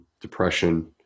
depression